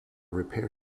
repair